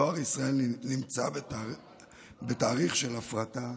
דואר ישראל נמצא בתהליך של הפרטה.